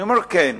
אני אומר: כן,